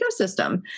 ecosystem